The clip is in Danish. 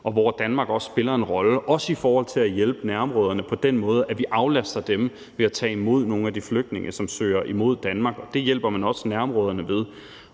og hvor Danmark også spiller en rolle, også i forhold til at hjælpe nærområderne på den måde, at vi aflaster dem ved at tage imod nogle af de flygtninge, som søger imod Danmark. Og det hjælper man også nærområderne ved.